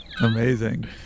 Amazing